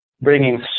bringing